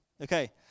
Okay